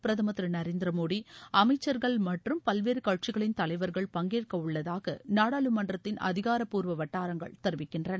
பிரதமர் திரு நரேந்திர மோடி அமைச்சர்கள் மற்றும் பல்வேறு கட்சிகளின் தலைவர்கள் பங்கேற்கவுள்ளதாக நாடாளுமன்றத்தின் அதிகாரப்பூர்வ வட்டாரங்கள் தெரிவிக்கின்றன